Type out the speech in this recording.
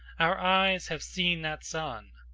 our eyes have seen that sun!